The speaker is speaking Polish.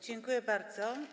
Dziękuję bardzo.